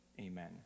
Amen